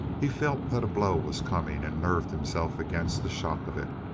he felt that a blow was coming and nerved himself against the shock of it.